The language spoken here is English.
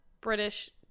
british